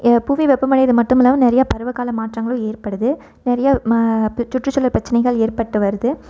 புவி வெப்பமடையறது மட்டும் இல்லாமல் நிறையா பருவ கால மாற்றங்களும் ஏற்படுது நெறைய சுற்றுச்சூழல் பிரச்சனைகள் ஏற்பட்டு வருது